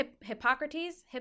Hippocrates